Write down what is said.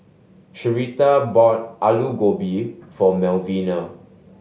Sharita bought Alu Gobi for Melvina